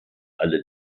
alle